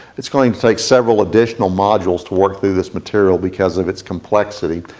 it's going to take several additional modules to work through this material because of it's complexity.